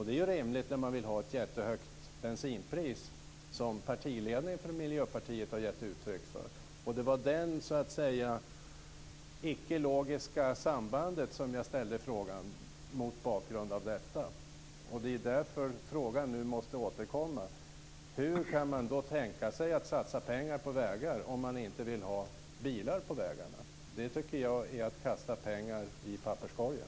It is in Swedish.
Det är ju rimligt när man vill ha ett jättehögt bensinpris som partiledningen för Miljöpartiet har gett uttryck för. Det var mot bakgrund av det icke logiska sambandet som jag ställde frågan. Det är därför som frågan nu måste återkomma. Hur kan man tänka sig att satsa pengar på vägar om man inte vill ha bilar på vägarna? Det tycker jag är att kasta pengar i papperskorgen.